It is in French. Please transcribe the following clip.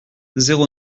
zéro